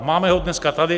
Máme ho dneska tady.